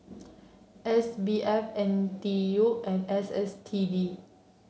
S B F N T U and S S T D